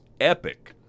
epic